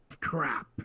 crap